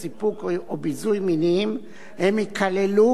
היא תיכלל בעבירה של מעשה מגונה,